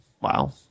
wow